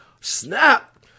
snap